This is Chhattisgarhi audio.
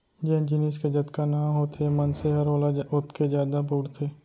जेन जिनिस के जतका नांव होथे मनसे हर ओला ओतके जादा बउरथे